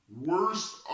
worst